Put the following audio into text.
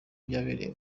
biyemeje